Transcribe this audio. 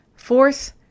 Fourth